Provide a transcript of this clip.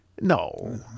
No